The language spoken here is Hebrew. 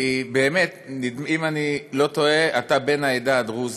אם אני לא טועה, אתה בן העדה הדרוזית.